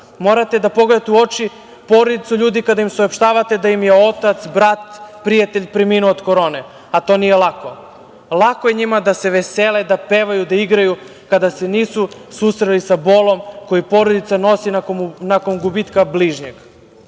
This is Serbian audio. Morate da pogledate u oči porodicu ljudi kada im saopštavate da im je otac, brat, prijatelj, preminuo od korone, a to nije lako. Lako je njima da se vesele, da pevaju, da igraju, kada se nisu susreli sa bolom koja porodica nosi nakon gubitka bližnjeg. Verujte